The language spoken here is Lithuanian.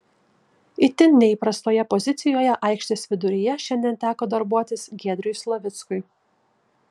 itin neįprastoje pozicijoje aikštės viduryje šiandien teko darbuotis giedriui slavickui